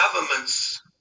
governments